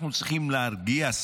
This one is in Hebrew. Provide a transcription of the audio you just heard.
אנחנו צריכים להרגיע.